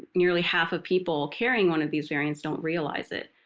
nearly half of people carrying one of these variants don't realize it.